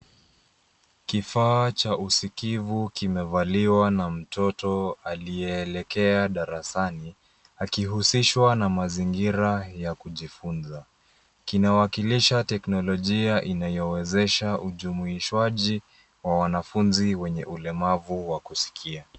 Kifaa cha usikivu kimevaliwa na mtoto aliyeelekea darasani akihusishwa na mazingira ya kujifunza, kinawakilisha teknolojia inayowezesha ujumuishwaji wa wanafunzi wenye ulemavu wa kusikia.